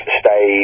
stay